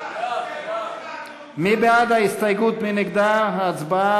חד"ש לסעיף 83 נתקבלה.